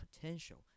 potential